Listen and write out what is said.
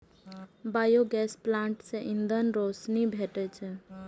biogas plant सं ईंधन, रोशनी भेटै छै